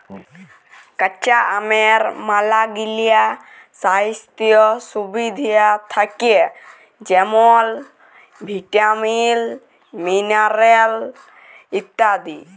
কাঁচা আমের ম্যালাগিলা স্বাইস্থ্য সুবিধা থ্যাকে যেমল ভিটামিল, মিলারেল ইত্যাদি